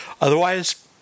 Otherwise